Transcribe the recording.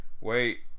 Wait